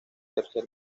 tercer